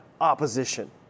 opposition